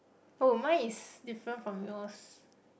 oh mine is different from yours